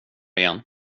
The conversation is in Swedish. igen